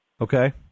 Okay